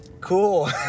cool